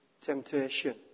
temptation